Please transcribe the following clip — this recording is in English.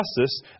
justice